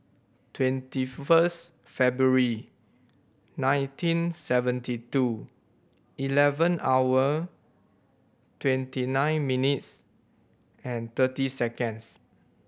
twenty first February nineteen seventy two eleven hour twenty nine minutes and thirty seconds